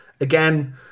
Again